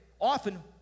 often